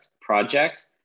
project